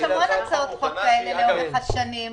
יש הרבה הצעות חוק כאלה לאורך השנים.